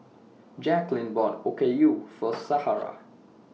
Jaclyn bought Okayu For Shara